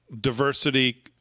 diversity